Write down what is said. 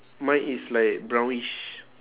mine is like brownish